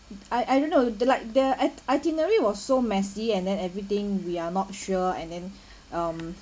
I I don't know the like the i~ itinerary was so messy and then everything we are not sure and then um